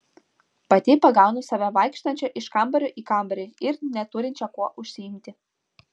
pati pagaunu save vaikštančią iš kambario į kambarį ir neturinčią kuo užsiimti